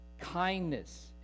kindness